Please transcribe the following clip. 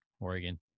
Oregon